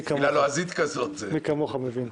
מי כמוך מבין.